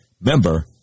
Member